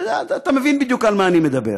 אתה מבין בדיוק על מה אני מדבר.